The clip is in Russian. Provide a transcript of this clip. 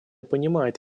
понимает